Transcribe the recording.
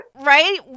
right